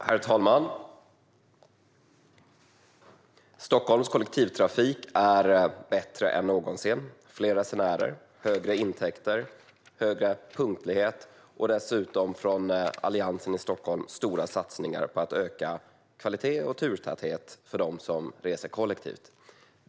Herr talman! Stockholms kollektivtrafik är bättre än någonsin. Det är fler resenärer, högre intäkter och bättre punktlighet. Dessutom har alliansen i Stockholm gjort stora satsningar på att öka kvalitet och turtäthet för dem som reser kollektivt.